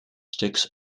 sticks